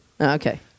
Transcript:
Okay